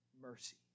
mercy